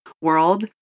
world